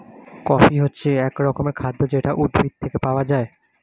coffee হচ্ছে এক রকমের খাদ্য যেটা উদ্ভিদ থেকে পাওয়া যায়